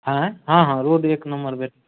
आयँ हँ हँ रोड एक नम्बर बनि गेल